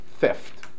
theft